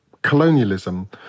colonialism